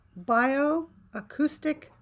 bioacoustic